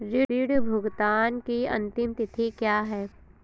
ऋण भुगतान की अंतिम तिथि क्या है?